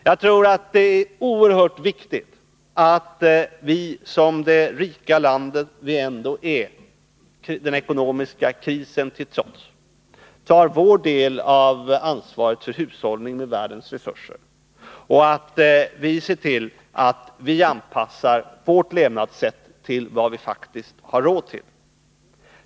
Jag tror att det är oerhört viktigt att vi som det rika land vi ändå är den ekonomiska krisen till trots tar vår del av ansvaret för hushållningen med världens resurser och anpassar vårt levnadssätt till vad vi faktiskt har råd med.